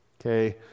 Okay